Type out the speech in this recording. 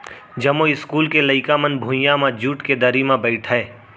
जमो इस्कूल के लइका मन भुइयां म जूट के दरी म बइठय